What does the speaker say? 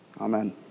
Amen